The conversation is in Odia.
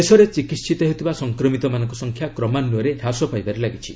ଦେଶରେ ଚିକିିିିତ ହେଉଥିବା ସଂକ୍ରମିତମାନଙ୍କ ସଂଖ୍ୟା କ୍ରମାନୟରେ ହ୍ରାସ ପାଇବାରେ ଲାଗିଛି